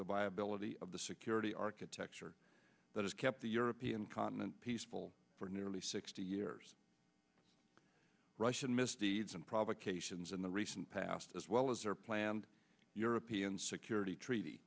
the viability of the security architecture that has kept the european continent peaceful for nearly sixty years russian misdeeds and provocations in the recent past as well as their planned european security treaty